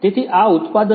તેથી આ ઉત્પાદન છે